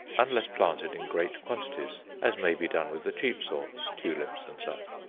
unless planted in great quantities, as may be done with the cheap sorts tulips and such.